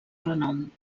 renom